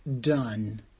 done